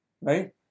right